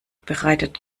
bereitet